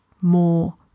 more